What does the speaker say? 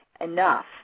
enough